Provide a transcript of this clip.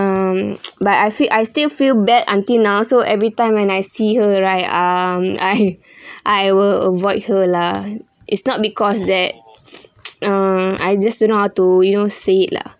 um but I feel I still feel bad until now so everytime when I see her right um I I will avoid her lah it's not because that uh I just do not how to you know say it lah